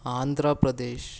Andhra Pradesh